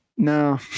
No